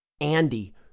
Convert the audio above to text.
Andy